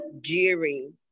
jeering